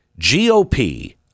GOP